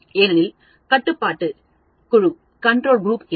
ஏனெனில் கட்டுப்பாட்டு குழு இல்லை